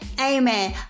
Amen